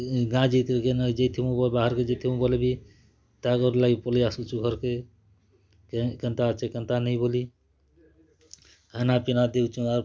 ମଝି ମଝିନେ ଝାଡ଼ା ବାନ୍ତି ବି ହଗାସନ୍ ଛେଲ୍ ମାନେ ସେଟା ବି ସୁବିଧା ଅଉଛନ୍ ସେଲାଇନ୍ ଦଉଛନ୍ ଇଞ୍ଜେକ୍ସନ୍ ଦଉଛନ୍ ମେଡ଼ିସିନ୍ ଖାଇବକୁ ବି ଦଉଛନ୍ ସବୁ କିଛି ଅସୁବିଧା ନେଇ ହେବା